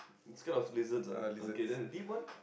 you scared of lizards ah okay then the deep one